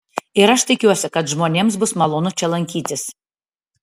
ir aš tikiuosi kad žmonėms bus malonu čia lankytis